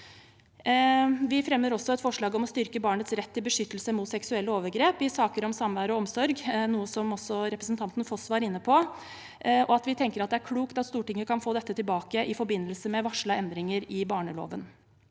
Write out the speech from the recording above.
Vi fremmer også et forslag om å styrke barnets rett til beskyttelse mot seksuelle overgrep i saker om samvær og omsorg, noe som også representanten Foss var inne på. Vi tenker det er klokt at Stortinget kan få dette tilbake i forbindelse med varslede endringer i barneloven.